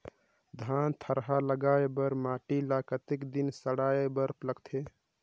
धान थरहा लगाय बर माटी ल कतेक दिन सड़ाय बर लगथे?